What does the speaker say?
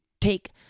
take